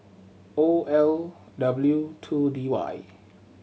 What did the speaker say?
O L W two D Y